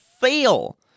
fail